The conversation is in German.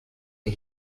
die